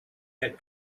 had